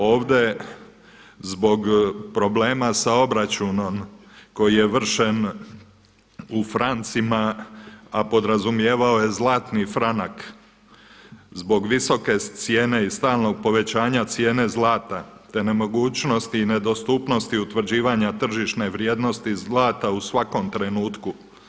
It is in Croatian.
Ovdje zbog problema sa obračunom koji je vršen u francima a podrazumijevao je zlatni franak zbog visoke cijene i stalnog povećanja cijene zlata te nemogućnosti i nedostupnosti utvrđivanja tržišne vrijednosti zlata u svakom trenutku.